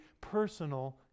personal